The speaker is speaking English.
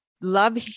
love